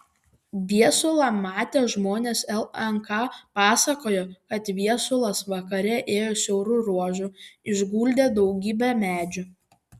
viesulą matę žmonės lnk pasakojo kad viesulas vakare ėjo siauru ruožu išguldė daugybė medžių